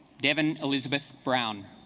devon elizabeth brown